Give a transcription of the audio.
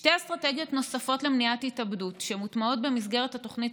שתי אסטרטגיות נוספות למניעת התאבדות שמוטמעות במסגרת התוכנית